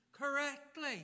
correctly